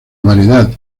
variedad